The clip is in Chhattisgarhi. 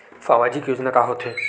सामाजिक योजना का होथे?